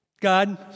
God